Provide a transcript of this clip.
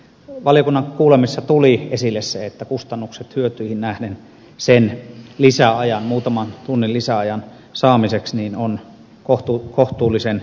valiokunnan kuulemisessa tuli esille se että kustannukset hyötyihin nähden sen muutaman tunnin lisäajan saamiseksi ovat kohtuullisen kovia